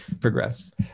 progress